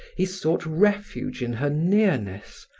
he sought refuge in her nearness,